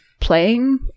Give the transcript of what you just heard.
playing